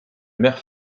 mer